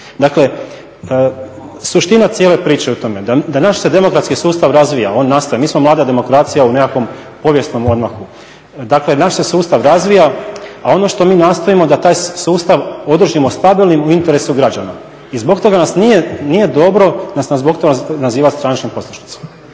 Dakle suština cijele priče je u tome da naš se demokratski sustav razvija, on nastaje, mi smo mlada demokracija u nekakvom povijesnom …/Govornik se ne razumije./…. Dakle naš se sustav razvija a ono što mi nastojimo da taj sustav održimo stabilnim u interesu građana. I zbog toga nas nije dobro, nas zbog toga nazivati stranačkim poslušnicima.